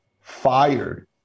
fired